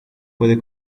puede